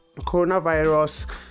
coronavirus